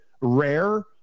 rare